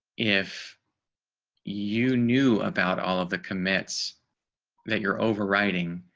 if you knew about all of the commits that you're overriding